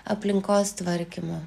aplinkos tvarkymo